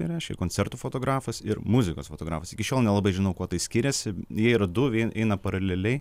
tai reiškia koncertų fotografas ir muzikos fotografas iki šiol nelabai žinau kuo tai skiriasi jie yra du vien eina paraleliai